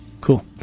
cool